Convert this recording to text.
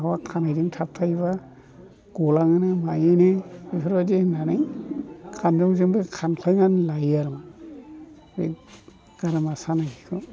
खानायदों थाबथायोब्ला गलाङोनो मायोनो बेफोरबायदि होननानै खानजं जोंबो खानख्लायनानै लायो आरोमा गारामा बे सानायखौ